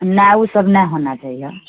नहि ओ सब नहि होना चाहिए